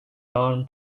dom